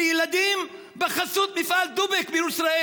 לילדים בחסות מפעל דובק בישראל?